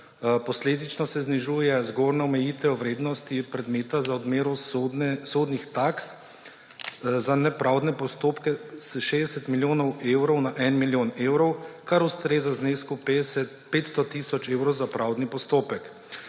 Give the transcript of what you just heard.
posledično se znižuje zgornja omejitev vrednosti predmeta za odmero sodnih taks za nepravdne postopke s 60 milijonov evrov na 1 milijon evrov, kar ustrezna znesku 500 tisoč evrov za pravdni postopek.